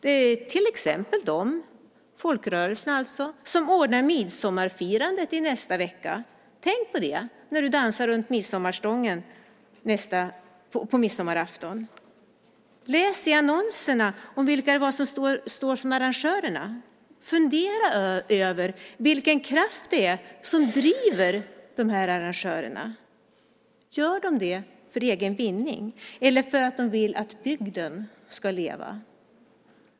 Det är till exempel folkrörelserna som ordnar midsommarfirandet i nästa vecka. Tänk på det när du dansar runt midsommarstången på midsommarafton! Läs i annonserna om vilka det är som står som arrangörer! Fundera över vilken kraft det är som driver de här arrangörerna! Gör de det för egen vinning eller för att de vill att bygden ska leva?